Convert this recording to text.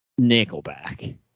nickelback